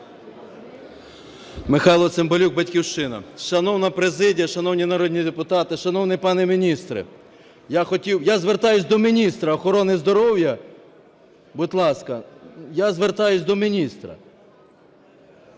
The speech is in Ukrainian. Михайло Цимбалюк, "Батьківщина". Шановна президія, шановні народні депутати, шановний пане міністре! Я звертаюся до міністра охорони здоров'я. Будь ласка, я звертаюся до міністра!